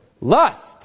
lust